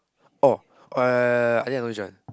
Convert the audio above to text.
orh oh ya ya ya ya ya I think I know which one